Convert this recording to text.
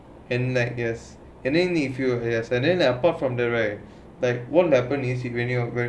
and like this and then if you have this and then apart from the right like what happened is when you renewed